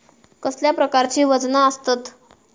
कसल्या प्रकारची वजना आसतत?